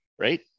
right